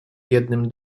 jednym